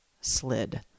slid